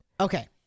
Okay